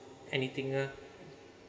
anything ah